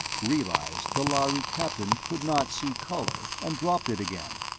realized the lhari captain could not see color, and dropped it again,